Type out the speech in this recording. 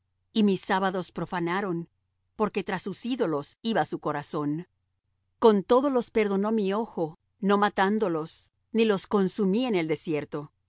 y mis sábados profanaron porque tras sus ídolos iba su corazón con todo los perdonó mi ojo no matándolos ni los consumí en el desierto